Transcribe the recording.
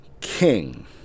King